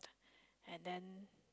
and then